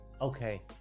okay